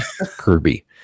Kirby